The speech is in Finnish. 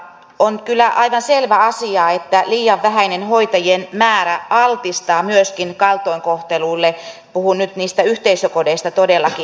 on kyllä aivan selvä asia että liian vähäinen hoitajien määrä altistaa myöskin kaltoinkohtelulle puhun nyt niistä yhteisökodeista todellakin